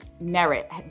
merit